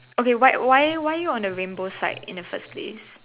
okay why why why you on the rainbow side on the first place